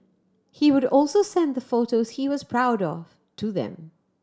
he would also send the photos he was proud of to them